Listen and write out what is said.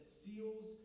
seals